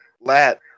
Lat